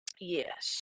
Yes